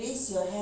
(uh huh)